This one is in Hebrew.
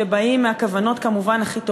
שבאים כמובן עם הכוונות הכי טובות: